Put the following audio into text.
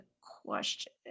question